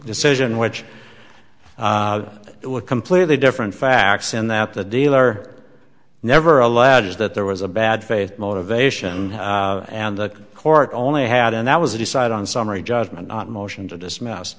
decision which it would completely different facts in that the dealer never alleged that there was a bad faith motivation and the court only had and that was a decided on summary judgment not motion to dismiss